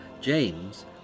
James